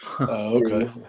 okay